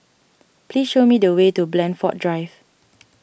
please show me the way to Blandford Drive